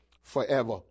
forever